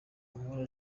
uhora